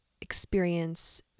experience